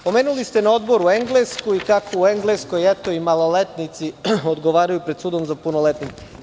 Pomenuli ste na odboru Englesku i kako u Engleskoj, eto, i maloletnici odgovaraju pred sudom za punoletne.